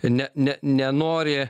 ne ne nenori